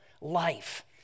life